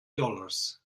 dollars